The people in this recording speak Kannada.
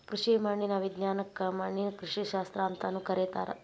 ಕೃಷಿ ಮಣ್ಣಿನ ವಿಜ್ಞಾನಕ್ಕ ಮಣ್ಣಿನ ಕೃಷಿಶಾಸ್ತ್ರ ಅಂತಾನೂ ಕರೇತಾರ